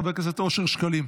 חבר הכנסת אושר שקלים,